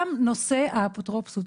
גם נושא האפוטרופסות,